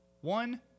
One